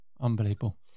unbelievable